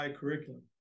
curriculum